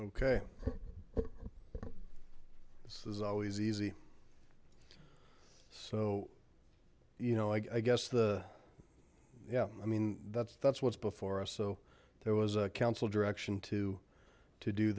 okay this is always easy so you know i guess the yeah i mean that's that's what's before us so there was a council direction to to do